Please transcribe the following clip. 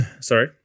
Sorry